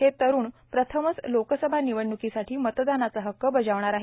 हे तरुणप्रथमच लोकसभा र्निवडण्ककांसाठी मतदानाचा हक्क बजावणार आहेत